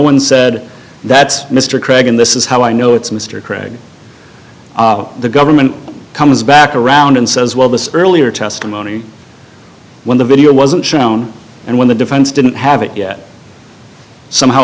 one said that's mr craig and this is how i know it's mr craig the government comes back around and says well the earlier testimony when the video wasn't shown and when the defense didn't have it yet somehow